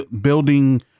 building